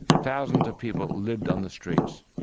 thousands of people lived on the streets,